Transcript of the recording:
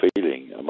feeling